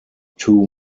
two